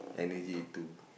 energy to